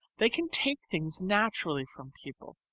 they can take things naturally from people.